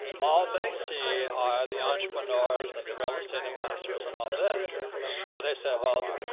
all they see are the entrepreneurs and the real estate investors and all this while they said, well,